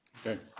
Okay